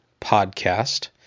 Podcast